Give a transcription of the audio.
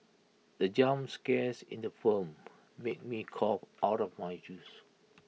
the jump scares in the firm made me cough out of my juice